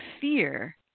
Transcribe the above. fear